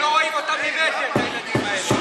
לא תיגבה, הם לא רואים אותם ממטר, את הילדים האלה.